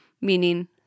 meaning